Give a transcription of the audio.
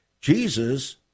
Jesus